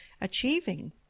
achieving